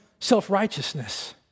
self-righteousness